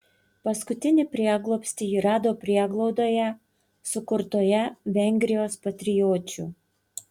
paskutinį prieglobstį ji rado prieglaudoje sukurtoje vengrijos patriočių